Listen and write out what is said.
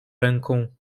ręką